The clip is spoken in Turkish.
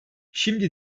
şimdi